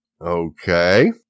Okay